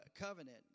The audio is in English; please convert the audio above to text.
Covenant